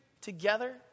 together